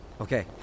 Okay